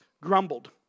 grumbled